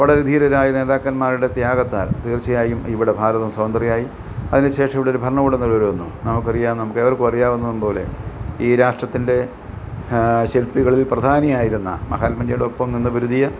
വളരെ ധീരരായ നേതാക്കന്മാരുടെ ത്യാഗത്താൽ തീർച്ചയായും ഇവിടെ ഭാരതം സ്വതന്ത്രമായി അതിനുശേഷം ഇവിടൊരു ഭരണകൂടം നിലവിൽ വന്നു നമുക്കറിയാം നമുക്കേവർക്കുമറിയാവുന്നത് പോലെ ഈ രാഷ്ട്രത്തിൻ്റെ ശില്പികളിൽ പ്രധാനിയായിരുന്ന മഹാത്മജിയുടെ ഒപ്പം നിന്ന് പൊരുതിയ